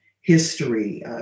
history